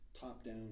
Top-down